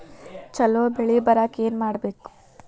ಛಲೋ ಬೆಳಿ ಬರಾಕ ಏನ್ ಮಾಡ್ಬೇಕ್?